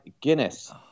Guinness